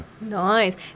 nice